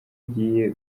ugiye